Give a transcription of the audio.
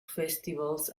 festivals